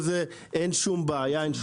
אין שום בעיה עם המיזוג הזה,